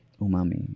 Umami